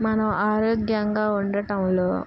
మనం ఆరోగ్యంగా ఉండటంలో